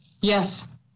Yes